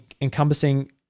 encompassing